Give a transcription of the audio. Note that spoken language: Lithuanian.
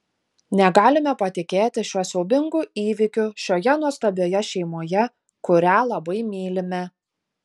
negalime patikėti šiuo siaubingu įvykiu šioje nuostabioje šeimoje kurią labai mylime